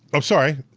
oh, sorry.